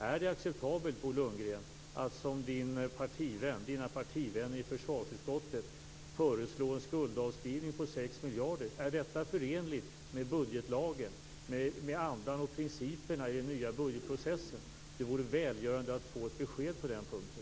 Är det acceptabelt att, som Bo Lundgrens partivänner i försvarsutskottet, föreslå en skuldavskrivning på 6 miljarder? Är detta förenligt med budgetlagen och med andan och principerna i den nya budgetprocessen? Det vore välgörande att få ett besked på den punkten.